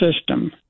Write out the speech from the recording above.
system